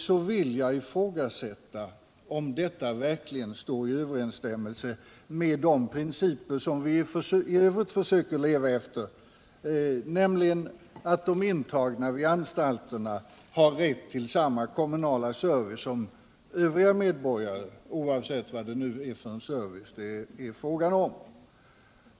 Jag vill ifrågasätta om det verkligen står i överensstämmelse med de principer som vi i övrigt försöker leva efter, nämligen att de intagna vid anstalterna har rätt till samma kommunala service som övriga medborgare, oavsett vilken service det är fråga om.